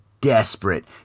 desperate